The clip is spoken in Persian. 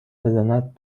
بزند